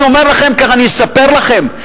אני אומר לכם ואני אספר לכם,